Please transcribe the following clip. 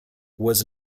was